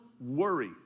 worry